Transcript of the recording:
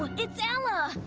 it's ella!